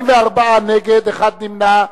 44 נגד, אחד נמנע.